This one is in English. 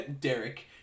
Derek